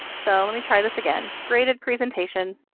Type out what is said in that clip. so let me try this again. graded presentation.